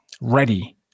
ready